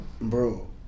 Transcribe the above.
Bro